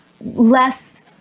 less